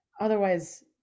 Otherwise